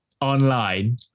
Online